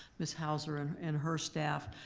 ms. hauser and and her staff,